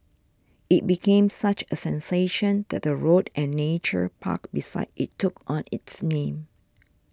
it became such a sensation that a road and nature park beside it took on its name